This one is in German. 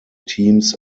teams